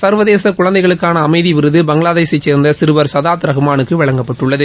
சா்வதேச குழந்தைகளுக்கான அமைதி விருது பங்களாதேஷை சேர்ந்த சிறுவர் சதாத் ரஹ்மானுக்கு வழங்கப்பட்டுள்ளது